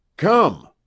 Come